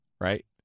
right